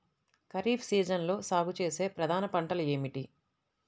ఖరీఫ్ సీజన్లో సాగుచేసే ప్రధాన పంటలు ఏమిటీ?